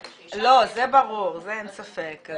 ברור, אין ספק.